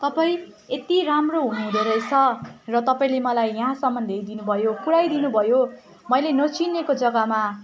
तपाईँ यति राम्रो हुनुहुँदो रहेछ र तपाईँले मलाई यहाँसम्म ल्याइदिनुभयो पुर्याइदिनुभयो मैले नचिनेको जग्गामा